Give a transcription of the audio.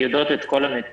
הן יודעות את כל הנתונים.